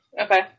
Okay